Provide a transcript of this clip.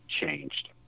changed